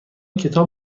کتاب